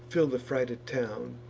fill the frighted town.